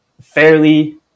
fairly